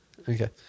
Okay